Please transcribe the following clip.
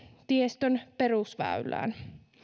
tiestön perusväylään